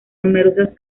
numerosas